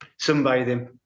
Sunbathing